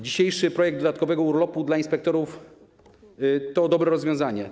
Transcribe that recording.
Dzisiejszy projekt dodatkowego urlopu dla inspektorów to dobre rozwiązanie.